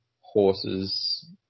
horses